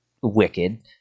wicked